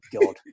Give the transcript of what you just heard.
God